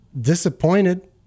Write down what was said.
disappointed